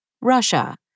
Russia